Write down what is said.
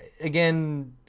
again